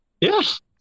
Yes